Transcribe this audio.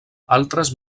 altres